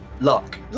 Luck